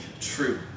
true